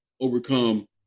overcome